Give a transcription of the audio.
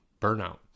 burnout